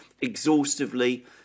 exhaustively